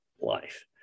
life